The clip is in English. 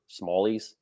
smallies